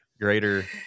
greater